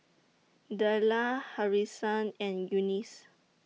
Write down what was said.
Della Harrison and Eunice